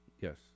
Yes